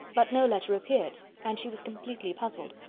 but no letter appeared, and she was completely puzzled.